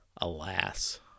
Alas